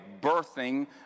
birthing